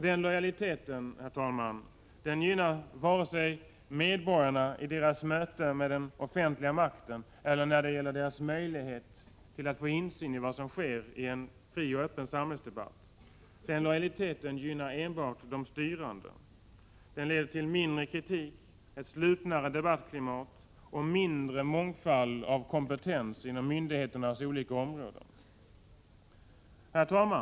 Denna lojalitet, herr talman, gynnar varken medborgarna i deras möte med den offentliga makten eller deras möjlighet att få insyn i vad som sker i en fri och öppen samhällsdebatt. Denna lojalitet gynnar enbart de styrande. Den leder till mindre kritik, ett slutnare debattklimat och mindre mångfald av kompetens inom myndigheternas olika områden. Herr talman!